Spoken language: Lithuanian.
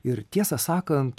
ir tiesą sakant